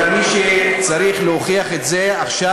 אלא מי שצריך להוכיח את זה עכשיו,